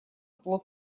плод